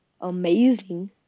amazing